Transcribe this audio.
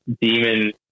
demon